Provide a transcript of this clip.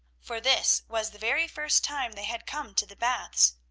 for this was the very first time they had come to the baths.